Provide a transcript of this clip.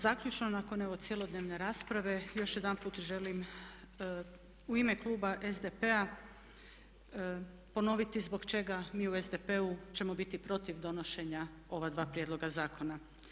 Zaključno evo nakon cjelodnevne rasprave još jedanput želim u ime kluba SDP-a ponoviti zbog čega mi u SDP-u ćemo biti protiv donošenja ova dva prijedloga zakona.